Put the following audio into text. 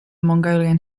mongolian